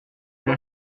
j’ai